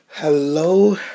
Hello